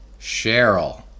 Cheryl